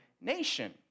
nation